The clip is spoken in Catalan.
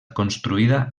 construïda